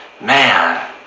Man